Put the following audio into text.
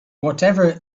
whatever